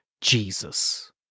Jesus